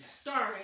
starring